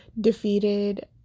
defeated